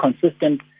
consistent